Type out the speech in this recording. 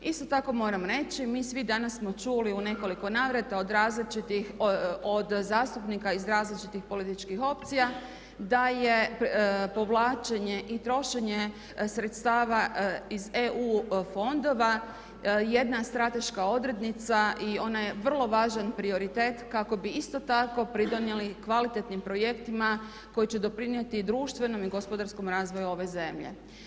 Isto tako moram reći, mi svi danas smo čuli u nekoliko navrata od zastupnika iz različitih političkih opcija da je povlačenje i trošenje sredstava iz EU fondova jedna strateška odrednica i ona je vrlo važan prioritet kako bi isto tako pridonijeli kvalitetnim projektima koji će doprinijeti društvenom i gospodarskom razvoju ove zemlje.